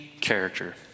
character